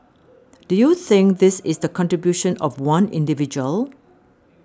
do you think this is the contribution of one individual